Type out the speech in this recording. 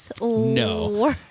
No